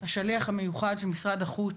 השליח המיוחד של משרד החוץ,